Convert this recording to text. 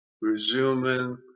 resuming